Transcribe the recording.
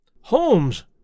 Holmes